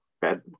bad